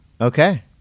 Okay